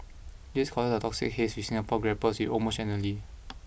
this causes the toxic haze which Singapore grapples with almost annually